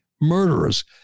murderers